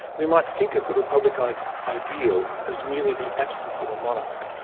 we might think of the republican ideal as merely the absence of a monarch.